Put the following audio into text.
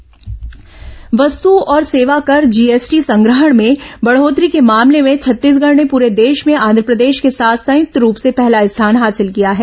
GST संग्रहण वस्तु और सेवा कर जीएसटी संग्रहण में बढ़ोत्तरी के मामले में छत्तीसगढ़ ने पूरे देश में आंधप्रदेश के साथ संयुक्त रूप से पहला स्थान हासिल किया है